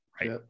right